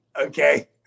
okay